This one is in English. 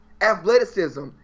athleticism